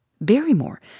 Barrymore